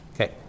Okay